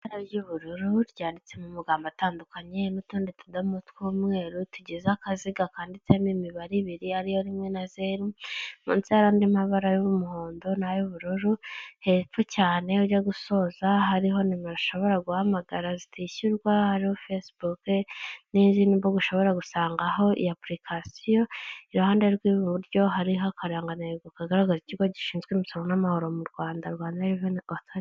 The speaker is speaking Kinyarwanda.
Ibara ry'ubururu ryanditsemo amagambo atandukanye n'utundi tudomo tw'umweru tugize akaziga kanditsemo imibare ibiri ariyo rimwe na zeru munsi hari andi mabara y'umuhondo nay'ubururu hepfo cyane ujya gusoza hariho nimero ushobora guhamagara zitishyurwa hariho fesibuke n'izindi mbuga ushobora gusangaho iyo apulikasiyo, iruhande rw'iburyo hariho akarangantego kagaragaza ikigo gishinzwe imisoro n'amahoro mu rwanda, rwanda reveni otori....